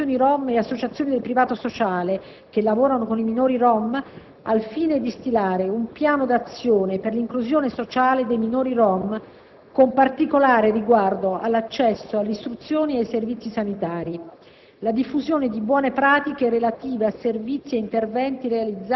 in particolare attraverso un tavolo che riunisca Governo, associazioni rom e associazioni del privato sociale che lavorano con i minori rom, al fine di stilare un piano di azione per l'inclusione sociale dei minori rom con particolare riguardo all'accesso, all'istruzione e ai servizi sanitari;